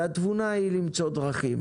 התבונה היא למצוא דרכים